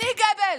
אני גבלס.